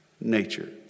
nature